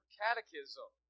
catechism